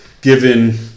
given